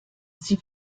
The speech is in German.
sie